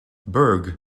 berg